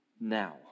now